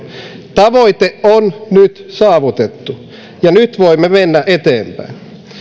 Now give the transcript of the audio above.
tavoite on nyt saavutettu ja nyt voimme mennä eteenpäin